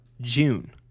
june